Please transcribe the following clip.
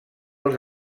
els